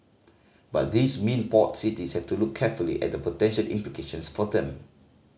but these mean port cities have to look carefully at the potential implications for them